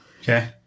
Okay